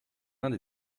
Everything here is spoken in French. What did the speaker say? inde